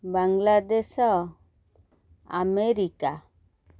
Bangladesh America